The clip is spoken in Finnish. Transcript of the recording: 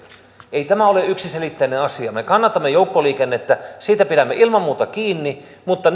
ei tämä ole yksiselitteinen asia me kannatamme joukkoliikennettä siitä pidämme ilman muuta kiinni mutta